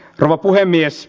rouva puhemies